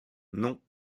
non